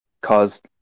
cause